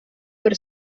per